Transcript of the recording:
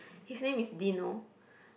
his name is Dino